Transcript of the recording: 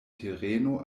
tereno